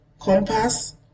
compass